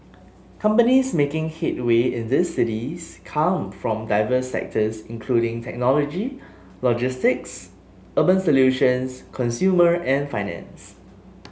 companies making headway in this cities come from diverse sectors including technology logistics urban solutions consumer and finance